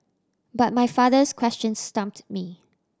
but my father's question stumped me